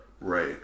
Right